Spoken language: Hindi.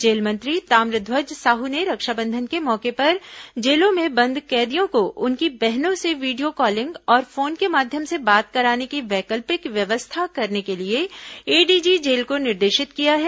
जेल मंत्री ताम्रध्वज साहू ने रक्षाबंधन के मौके पर जेलों में बंद कैदियों को उनकी बहनों से वीडियो कॉलिंग और फोन के माध्यम से बात कराने की वैकल्पिक व्यवस्था करने के लिए एडीजी जेल को निर्देशित किया है